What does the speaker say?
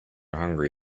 hungry